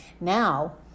Now